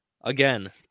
Again